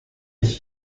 ich